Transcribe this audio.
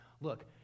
look